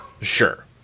Sure